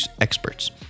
experts